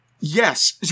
Yes